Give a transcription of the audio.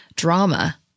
drama